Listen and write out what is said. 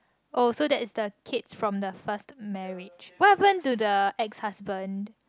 oh so that's the kids from the first marriage what happen to the ex husband